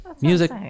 Music